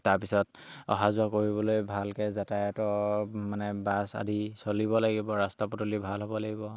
তাৰপিছত অহা যোৱা কৰিবলৈ ভালক যাতায়তৰ মানে বাছ আদি চলিব লাগিব ৰাস্তা পদূলি ভাল হ'ব লাগিব